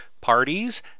parties